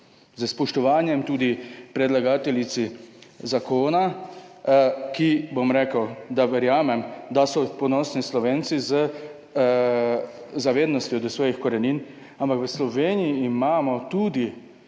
s spoštovanjem tudi predlagateljici zakona, za katero verjamem, da so ponosni Slovenci z zavednostjo do svojih korenin, ampak v Sloveniji imamo tudi